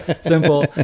Simple